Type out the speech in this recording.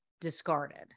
discarded